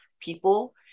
people